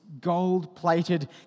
gold-plated